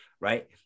right